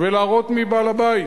ולהראות מי בעל הבית?